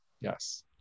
yes